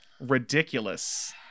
Ridiculous